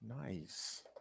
nice